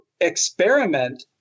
experiment